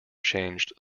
changed